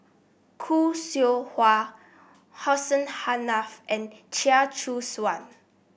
Khoo Seow Hwa Hussein Haniff and Chia Choo Suan